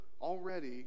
already